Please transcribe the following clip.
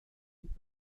n’est